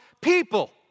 people